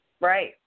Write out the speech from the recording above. Right